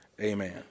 Amen